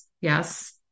Yes